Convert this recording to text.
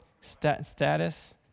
Status